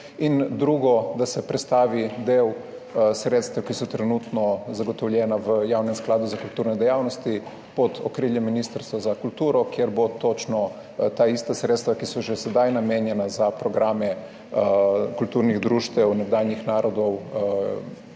In drugo, da se prestavi del sredstev, ki so trenutno zagotovljena v Javnem skladu za kulturne dejavnosti, pod okrilje Ministrstva za kulturo, kjer bodo točno taista sredstva, kot so že sedaj, namenjena za programe kulturnih društev nekdanjih narodov